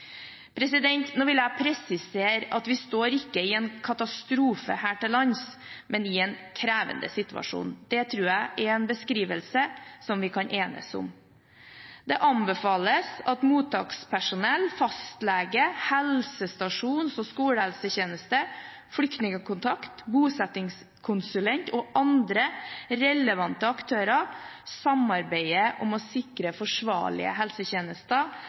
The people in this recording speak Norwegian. Nå vil jeg presisere at vi står ikke i en katastrofe her til lands, men i en krevende situasjon. Det tror jeg er en beskrivelse som vi kan enes om. Det anbefales at mottakspersonell, fastlege, helsestasjoner, skolehelsetjeneste, flyktningkontakt, bosettingskonsulent og andre relevante aktører samarbeider om å sikre forsvarlige helsetjenester